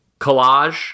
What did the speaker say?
collage